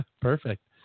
perfect